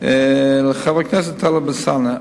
חבר הכנסת טלב אלסאנע,